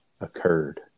occurred